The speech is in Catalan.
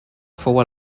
fou